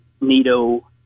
NATO